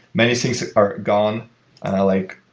many things are gone and are like.